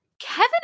Kevin